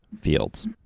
Fields